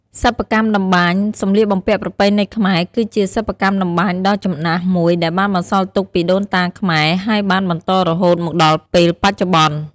សិប្បកម្មត្បាញសម្លៀកបំពាក់ប្រពៃណីខ្មែរ គឺជាសិប្បកម្មត្បាញដ៏ចំណាស់មួយដែលបានបន្សល់ទុកពីដូនតាខ្មែរ ហើយបានបន្តរហូតមកដល់ពេលបច្ចុប្បន្ន។